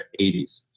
80s